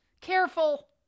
careful